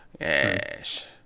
yes